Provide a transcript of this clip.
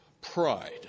Pride